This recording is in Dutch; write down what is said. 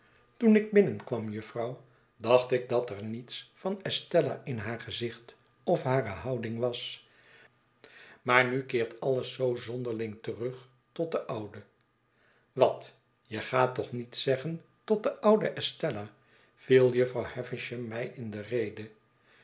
toen ik binnenkwam jufvrouw dacht ik dat er niets van estella in haar gezicht of hare houding was maar nu keert alles zoo zonder ling terug tot de oude wat je gaat toch niet zeggen tot de oude estella viel jufvrouw havisham mij in de rede